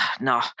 no